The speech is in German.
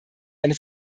eine